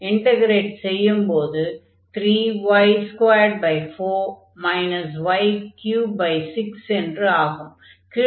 integrate செய்யும் போது 3y24 y36 என்று ஆகும்